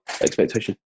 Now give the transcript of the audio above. expectation